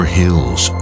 hills